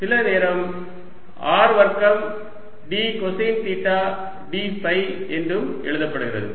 சில நேரம் r வர்க்கம் d cosine theta d phi என்றும் எழுதப்படுகிறது